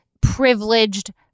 privileged